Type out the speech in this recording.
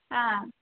ಹಾಂ